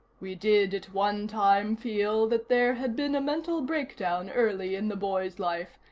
we did at one time feel that there had been a mental breakdown early in the boy's life,